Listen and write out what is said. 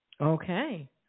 Okay